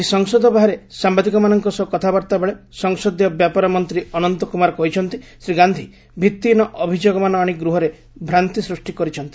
ଆକି ସଂସଦ ବାହାରେ ସାମ୍ଘାଦିକମାନଙ୍କ ସହ କଥାବାର୍ତ୍ତାବେଳେ ସଂସଦୀୟ ବ୍ୟାପାର ମନ୍ତ୍ରୀ ଅନନ୍ତ କୁମାର କହିଛନ୍ତି ଶ୍ରୀ ଗାନ୍ଧି ଭିତ୍ତିହୀନ ଅଭିଯୋଗମାନ ଆଣି ଗୃହରେ ଭ୍ରାନ୍ତି ସୃଷ୍ଟି କରିଛନ୍ତି